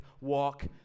walk